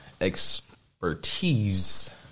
expertise